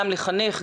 גם לחנך,